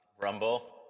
Rumble